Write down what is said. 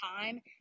time